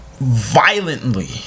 violently